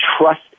trust